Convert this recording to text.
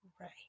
Right